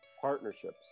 partnerships